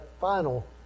final